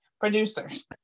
producers